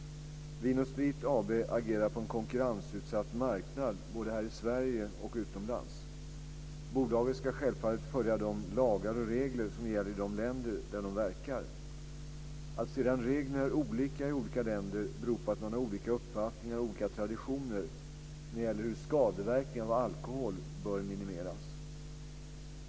Vin & Sprit AB agerar på en konkurrensutsatt marknad, både här i Sverige och utomlands. Bolaget ska självfallet följa de lagar och regler som gäller i de länder där de verkar. Att sedan reglerna är olika i olika länder beror på att man har olika uppfattningar och olika traditioner när det gäller hur skadeverkningar av alkohol bör minimeras.